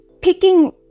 picking